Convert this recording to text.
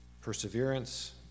Perseverance